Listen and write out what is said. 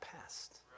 past